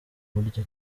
burya